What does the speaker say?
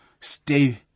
Stay